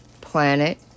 planet